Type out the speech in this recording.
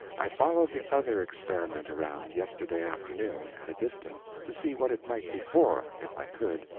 i followed the other experiment around, yesterday afternoon, at a distance, to see what it might be for, if i could.